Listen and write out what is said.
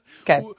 Okay